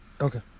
Okay